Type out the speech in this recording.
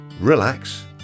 relax